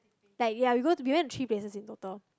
like ya we go to we went to three places in total